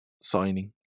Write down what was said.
signing